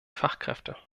fachkräfte